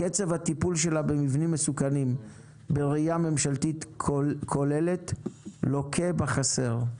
קצב הטיפול שלה במבנים מסוכנים בראייה ממשלתית כוללת לוקה בחסר.